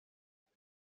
دارن